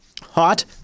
Hot